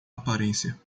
aparência